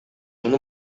муну